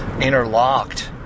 interlocked